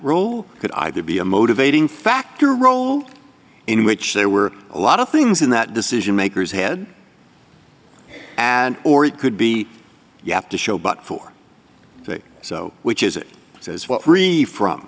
role could either be a motivating factor roll in which there were a lot of things in that decision makers head and or it could be you have to show but for the so which is it says what really from